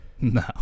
No